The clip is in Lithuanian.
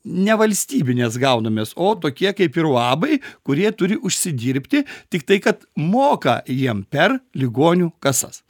nevalstybinės gaunamės o tokie kaip ir uabai kurie turi užsidirbti tik tai kad moka jiem per ligoniu kasas